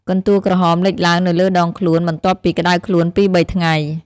កន្ទួលក្រហមលេចឡើងនៅលើដងខ្លួនបន្ទាប់ពីក្តៅខ្លួនពីរបីថ្ងៃ។